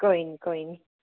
कोई नेईं कोई नेईं